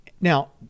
Now